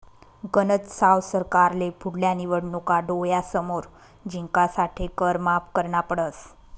गनज साव सरकारले पुढल्या निवडणूका डोळ्यासमोर जिंकासाठे कर माफ करना पडस